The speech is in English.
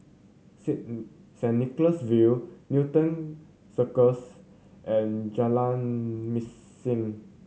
Saint Nicholas View Newton Circus and Jalan Mesin